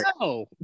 No